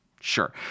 sure